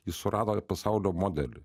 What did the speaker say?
jis surado pasaulio modelį